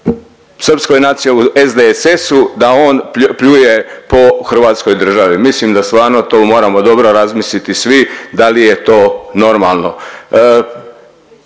srpskoj nac… SDSS-u da on pljuje po hrvatskoj državi. Mislim da stvarno to moramo dobro razmisliti svi da li je to normalno.